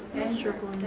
circle,